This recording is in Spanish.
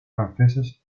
franceses